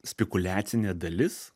spekuliacinė dalis